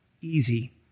easy